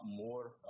more